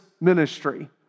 ministry